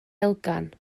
elgan